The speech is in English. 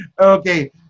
Okay